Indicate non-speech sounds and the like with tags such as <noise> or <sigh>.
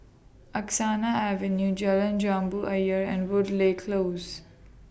Angsana Avenue Jalan Jambu Ayer and <noise> Woodleigh Close